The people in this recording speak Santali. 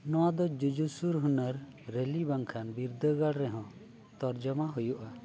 ᱱᱚᱣᱟᱫᱚ ᱡᱩᱡᱩᱥᱩᱨ ᱦᱩᱱᱟᱹᱨ ᱨᱮᱞᱤ ᱵᱟᱝᱠᱷᱟᱱ ᱵᱤᱨᱫᱟᱹᱜᱟᱲ ᱨᱮᱦᱚᱸ ᱛᱚᱨᱡᱚᱢᱟ ᱦᱩᱭᱩᱜᱼᱟ